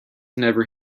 never